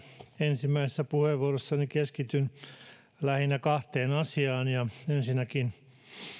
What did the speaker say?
ensimmäisessä puheenvuorossani keskityn lähinnä kahteen asiaan ensinnäkin totean